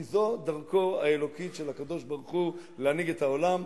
כי זו דרכו האלוקית של הקב"ה להנהיג את העולם,